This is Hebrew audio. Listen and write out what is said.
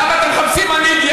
למה אתם מחפשים מנהיג?